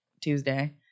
Tuesday